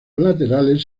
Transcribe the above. laterales